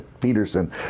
Peterson